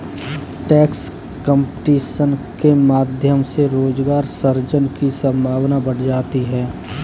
tax competition के माध्यम से रोजगार सृजन की संभावना बढ़ जाती है